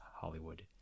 Hollywood